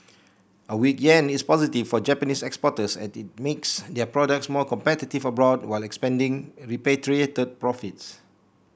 a weak yen is positive for Japanese exporters as it makes their products more competitive abroad while expanding repatriate profits